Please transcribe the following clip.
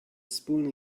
spoon